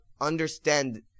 understand